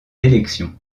élections